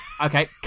Okay